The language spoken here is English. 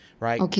Right